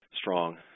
strong